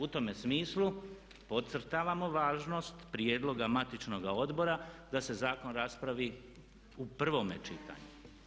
U tome smislu podcrtavamo važnost prijedloga matičnoga odbora da se zakon raspravi u prvom čitanju.